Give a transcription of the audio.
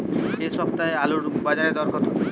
এ সপ্তাহে আলুর বাজারে দর কত?